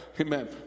Amen